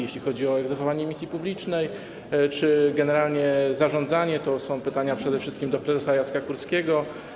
Jeśli chodzi o egzekwowanie misji publicznej czy generalnie zarządzanie, to są pytania przede wszystkim do prezesa Jacka Kurskiego.